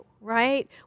right